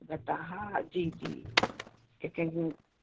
लट्टा हा जी जी